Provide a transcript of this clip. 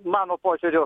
mano požiūriu